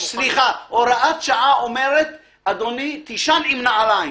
הוראת שעה אומרת: אדוני, תישן עם נעליים.